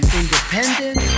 independent